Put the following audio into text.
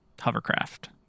hovercraft